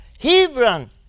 Hebron